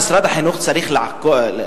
משרד החינוך צריך לעשות,